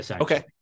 Okay